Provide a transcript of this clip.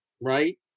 right